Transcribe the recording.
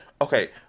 okay